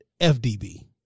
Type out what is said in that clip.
FDB